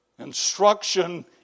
Instruction